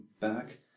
back